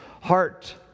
heart